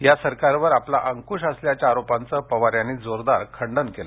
या सरकारवर आपला अंकुश असल्याच्या आरोपांचं पवार यांनी जोरदार खंडन केलं